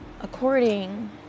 According